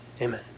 Amen